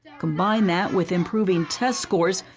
combine that with improving test scores,